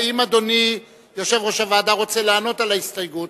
האם אדוני יושב-ראש הוועדה רוצה לענות על ההסתייגות?